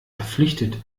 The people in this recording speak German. verpflichtet